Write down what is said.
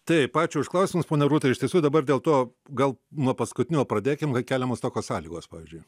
taip ačiū už klausimus ponia rūta iš tiesų dabar dėl to gal nuo paskutinio pradėkim kai keliamos tokios sąlygos pavyzdžiui